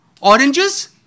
oranges